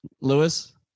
Lewis